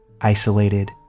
isolated